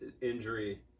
injury